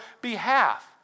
behalf